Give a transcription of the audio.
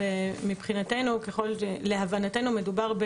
להבנתנו מדובר,